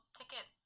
ticket